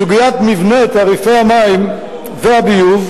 סוגיית מבנה תעריפי המים והביוב,